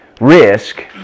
risk